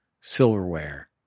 silverware